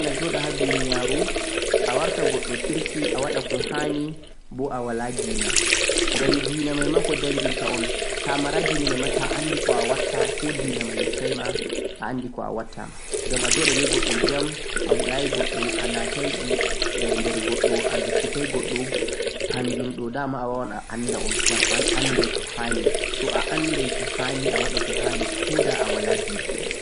Awawan ayeeɗa boo alatta goɗɗo kirkijo amma awala deena. Koh awala deena amma to'a andi koh haani, njorɗa be himeɓ jam, anatai harka himɓe, ajukkitai goɗɗo toh joɗan be komai.